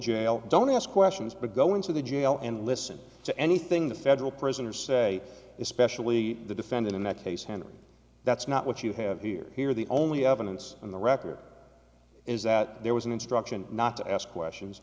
jail don't ask questions but go into the jail and listen to anything the federal prisoners say especially the defendant in that case and that's not what you have here here the only evidence on the record is that there was an instruction not to ask questions